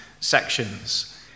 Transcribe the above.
sections